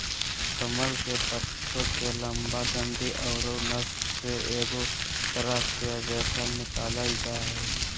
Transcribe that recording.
कमल के पत्तो के लंबा डंडि औरो नस से एगो तरह के रेशा निकालल जा हइ